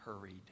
hurried